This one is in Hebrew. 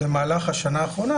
במהלך השנה האחרונה,